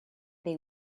they